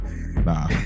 Nah